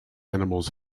animals